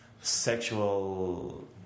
sexual